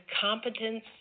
competence